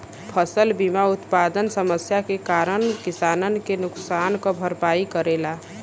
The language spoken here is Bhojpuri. फसल बीमा उत्पादन समस्या के कारन किसानन के नुकसान क भरपाई करेला